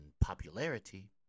popularity